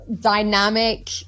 dynamic